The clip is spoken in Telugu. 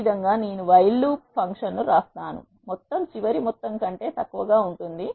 ఈ విధంగా నేను while loop ఫంక్షన్ను వ్రాస్తాను మొత్తం చివరి మొత్తం కంటే తక్కువగా ఉంటుంది